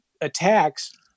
attacks